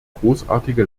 großartige